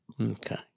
Okay